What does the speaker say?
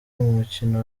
mukino